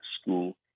school